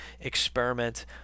experiment